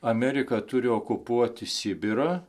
amerika turi okupuoti sibirą